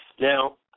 Now